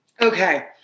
Okay